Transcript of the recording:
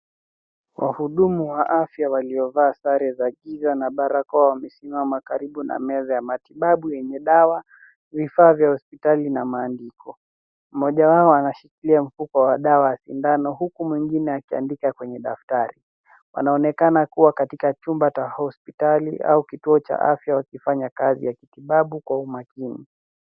Wahudumu wa afya waliovaa sare za kijani na barakoa wapo karibu na meza ya matibabu yenye dawa, vifaa vya hospitali na maandiko. Mmoja anaangalia kipuko cha dawa, huku mwingine akianzaandika kwenye daftari. Wanaonekana kuwa katika chumba cha hospitali au kituo cha afya wakiendelea na kazi ya kitibabu kwa umakin